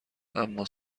اما